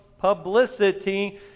publicity